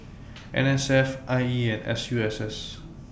N S F I E and S U S S